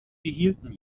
behielten